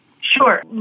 Sure